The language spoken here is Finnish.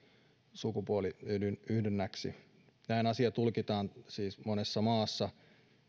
sukupuoliyhdynnäksi näin asia tulkitaan myös monessa maassa